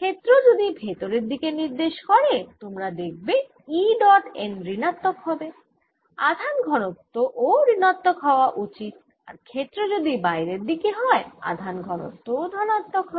ক্ষেত্র যদি ভেতরের দিকে নির্দেশ করে তোমরা দেখবে E ডট n ঋণাত্মক হবে আধান ঘনত্ব ও ঋণাত্মক হওয়া উচিত আর ক্ষেত্র যদি বাইরের দিকে হয় আধান ঘনত্ব ও ধনাত্মক হবে